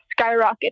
skyrocketed